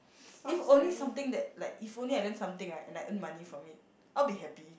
if only something that like if only I learn something right and I earned money from it I'll be happy